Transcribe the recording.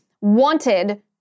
wanted